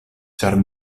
ĉar